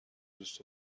دوست